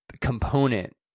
component